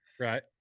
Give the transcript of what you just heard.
Right